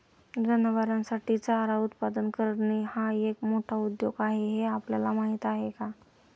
जनावरांसाठी चारा उत्पादन करणे हा एक मोठा उद्योग आहे हे आपल्याला माहीत आहे का?